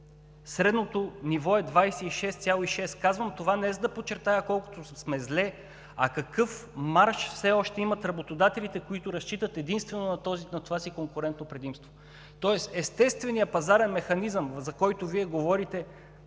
Средното ниво е 26,6. Казвам това не за да подчертая колко сме зле, а какъв марж все още имат работодателите, които разчитат единствено на това си конкурентно предимство. Тоест естественият пазарен механизъм, за който Вие говорите,